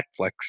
Netflix